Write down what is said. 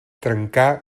trencar